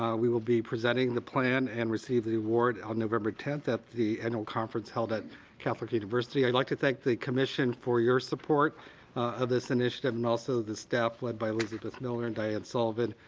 um we will be presenting the plan and receive the award on november tenth at the annual conference held at catholic university. i'd like to thank the commission for your support of this initiative, and also the staff led by elizabeth miller, and diane sullivan,